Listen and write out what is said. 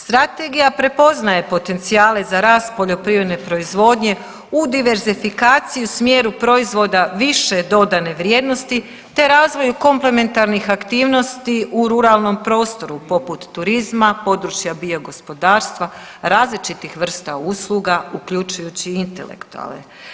Strategija prepoznaje potencijale za rast poljoprivredne proizvodnje u diversifikaciju smjeru proizvoda više dodane vrijednosti te razvoju komplementarnih aktivnosti u ruralnom prostoru poput turizma, područja bio gospodarstva različitih vrsta usluga uključujući i intelektualne.